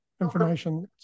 information